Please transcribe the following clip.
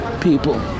people